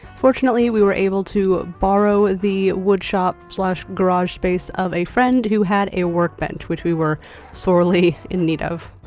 fortunately, we were able to borrow the wood shop slash garage space of a friend who had a work bench which we were sorely in need of.